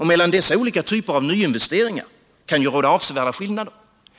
Mellan dessa olika typer av nyinvesteringar kan det råda avsevärda skillnader.